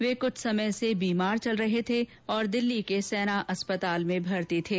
वे कुछ समय से बीमार चल रहे थे और दिल्ली के सेना अस्पताल में भर्ती थे